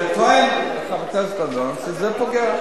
וטוען חבר הכנסת דנון שזה פוגע,